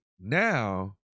now